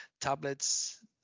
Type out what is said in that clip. tablets